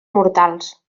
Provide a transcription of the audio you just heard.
mortals